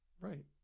right